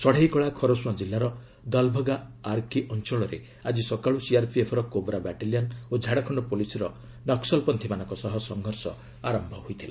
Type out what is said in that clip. ସଡ଼େଇକଳା ଖରସୁଆଁ ଜିଲ୍ଲାର ଦଲଭଗା ଆର୍କି ଅଞ୍ଚଳରେ ଆଜି ସକାଳୁ ସିଆର୍ପିଏଫ୍ର କୋବ୍ରା ବାଟାଲିୟନ୍ ଓ ଝାଡ଼ଖଣ୍ଡ ପୁଲିସ୍ର ନକ୍ୱଲପନ୍ଥୀମାନଙ୍କ ସହ ସଂଘର୍ଷ ଆରମ୍ଭ ହୋଇଥିଲା